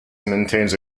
maintains